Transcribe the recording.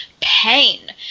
pain